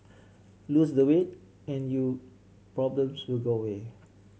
lose the weight and you problems will go away